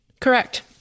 correct